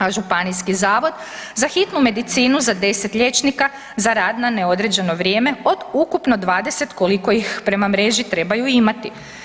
A Županijski zavod za hitnu medicinu za 10 liječnika z rad na neodređeno vrijeme od ukupno 20 koliko ih prema mreži trebaju imati.